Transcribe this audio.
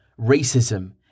racism